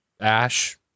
ash